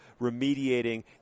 remediating